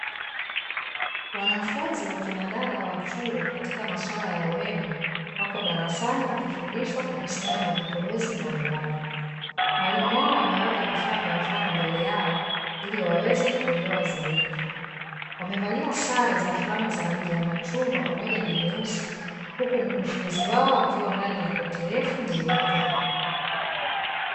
Wanafunzi wa kinadada wa chuo katika maswala ya urembo, wapo darasani wakifundishwa kuhusiana na vipodozi mbalimbali. Mwalimu wao ameweka vifaa vya mfano mbele yao ili waweze kuelewa zaidi, wamevalia sare za fulana za rangi ya machungwa pamoja na nyeusi, huku mkufunzi wao akiwa ndani ya koti refu jeupe.